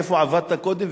איפה עבדת קודם?